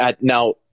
Now